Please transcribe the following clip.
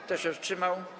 Kto się wstrzymał?